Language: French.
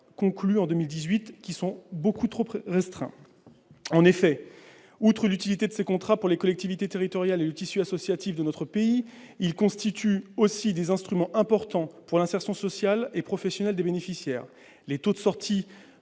conclus en 2018, qui sont beaucoup trop restreints. En effet, outre leur utilité pour les collectivités territoriales et le tissu associatif de notre pays, ces contrats constituent des instruments importants pour l'insertion sociale et professionnelle des bénéficiaires. Les taux de sorties